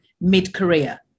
mid-career